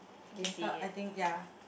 okay so I think ya